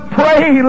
pray